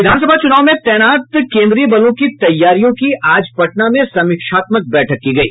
विधानसभा चूनाव में तैनात केन्द्रीय बलों की तैयारियों की आज पटना में समीक्षात्मक बैठक की गयी